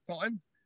times